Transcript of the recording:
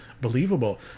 believable